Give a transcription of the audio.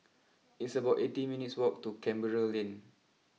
it's about eighteen minutes walk to Canberra Lane